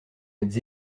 êtes